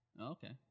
Okay